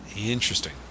Interesting